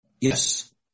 Yes